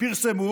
פרסמו